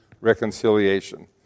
reconciliation